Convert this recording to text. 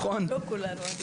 לא כולנו.